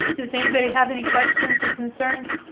does anybody have any questions or concerns?